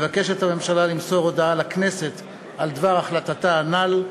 הממשלה מבקשת למסור הודעה לכנסת על דבר החלטתה הנ"ל.